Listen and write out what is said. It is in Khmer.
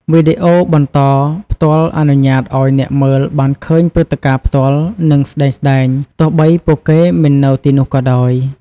វីដេអូបន្តផ្ទាល់អនុញ្ញាតឱ្យអ្នកមើលបានឃើញព្រឹត្តិការណ៍ផ្ទាល់ និងស្ដែងៗ ទោះបីពួកគេមិននៅទីនោះក៏ដោយ។